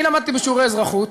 אני למדתי בשיעורי אזרחות,